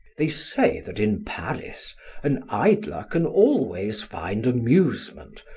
they say that in paris an idler can always find amusement,